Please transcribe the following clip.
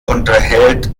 unterhält